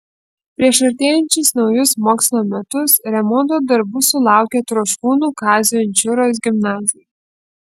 prieš artėjančius naujus mokslo metus remonto darbų sulaukė troškūnų kazio inčiūros gimnazija